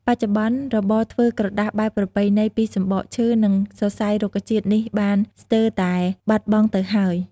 បច្ចុប្បន្ន របរធ្វើក្រដាសបែបប្រពៃណីពីសំបកឈើ និងសរសៃរុក្ខជាតិនេះបាន ស្ទើរតែបាត់បង់ទៅហើយ។